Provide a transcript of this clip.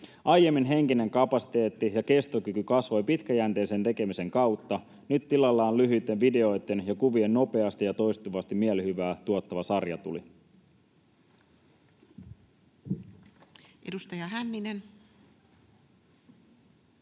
Aiemmin henkinen kapasiteetti ja kestokyky kasvoivat pitkäjänteisen tekemisen kautta. Nyt tilalla on lyhyitten videoitten ja kuvien nopeasti ja toistuvasti mielihyvää tuottava sarjatuli.